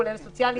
כולל הסוציאליים.